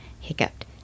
hiccuped